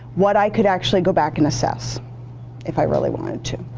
what i could actually go back and assess if i really wanted to.